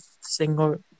single